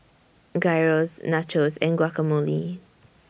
Gyros Nachos and Guacamole